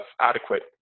adequate